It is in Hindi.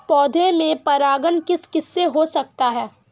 पौधों में परागण किस किससे हो सकता है?